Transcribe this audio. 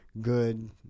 good